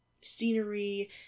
scenery